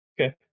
Okay